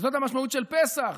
זאת המשמעות של פסח,